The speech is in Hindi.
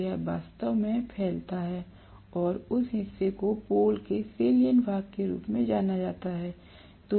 तो यह वास्तव में फैलता है और उस हिस्से को पोल के सेल्यन्ट भाग के रूप में जाना जाता है